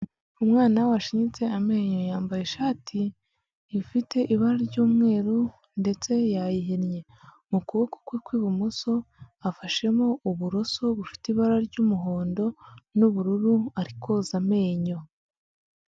umwana we washinyitse amenyo yambaye ishati ifite ibara ry'umweru ndetse yayihinnye, mu kuboko kwe kw'ibumoso afashemo uburoso bufite ibara ry'umuhondo n'ubururu ari koza amenyo.